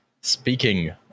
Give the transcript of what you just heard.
speaking